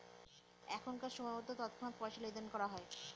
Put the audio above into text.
এখনকার সময়তো তৎক্ষণাৎ পয়সা লেনদেন করা হয়